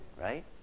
right